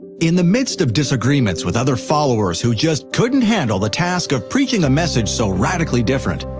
in the midst of disagreements with other followers who just couldn't handle the task of preaching a message so radically different,